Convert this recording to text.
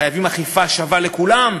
חייבים אכיפה שווה לכולם.